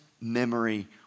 memory